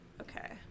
Okay